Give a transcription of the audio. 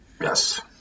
Yes